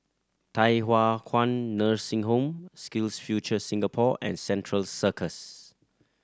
Thye Hua Kwan Nursing Home SkillsFuture Singapore and Central Circus